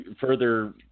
further